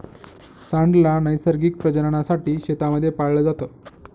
सांड ला नैसर्गिक प्रजननासाठी शेतांमध्ये पाळलं जात